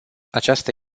această